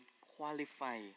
qualify